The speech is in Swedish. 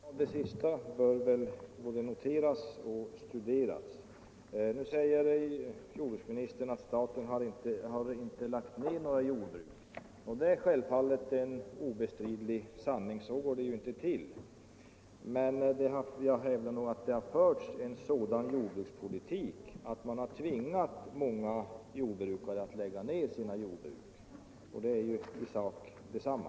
Herr talman! Det sista bör väl både noteras och studeras. Nu säger jordbruksministern att staten har inte lagt ned några jordbruk. Det är självfallet en obestridlig sanning. Så går det ju inte till. Men jag hävdar nog att det har förts en sådan jordbrukspolitik att man har tvingat många jordbrukare att lägga ned sina jordbruk — och det är ju i sak detsamma.